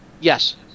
Yes